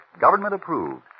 government-approved